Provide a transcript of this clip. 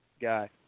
guy